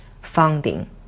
funding